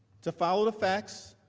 to follow the facts,